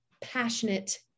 passionate